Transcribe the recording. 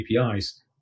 APIs